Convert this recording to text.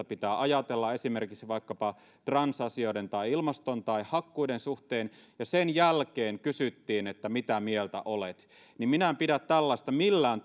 pitää ajatella esimerkiksi vaikkapa transasioiden tai ilmaston tai hakkuiden suhteen ja sen jälkeen kysyttiin että mitä mieltä olet niin minä en pidä tällaista millään